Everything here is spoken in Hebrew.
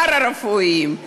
עובדים פארה-רפואיים,